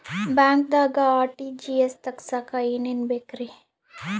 ಬ್ಯಾಂಕ್ದಾಗ ಆರ್.ಟಿ.ಜಿ.ಎಸ್ ತಗ್ಸಾಕ್ ಏನೇನ್ ಬೇಕ್ರಿ?